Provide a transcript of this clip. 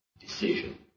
decision